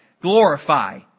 Glorify